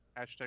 Hashtag